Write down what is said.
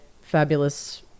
fabulous